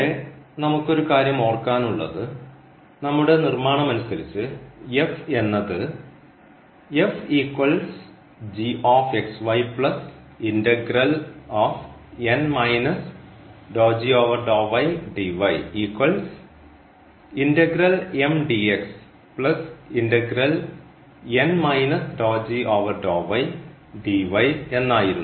ഇവിടെ നമുക്കൊരു കാര്യം ഓർക്കാൻ ഉള്ളത് നമ്മുടെ നിർമ്മാണമനുസരിച്ച് എന്നത് എന്നായിരുന്നു